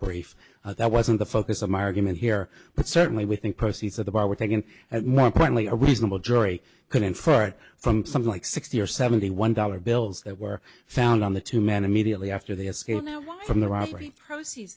brief that wasn't the focus of my argument here but certainly we think percy's of the bar were taken and more importantly a reasonable jury can infer from something like sixty or seventy one dollar bills that were found on the two men immediately after the escape from the robbery proceeds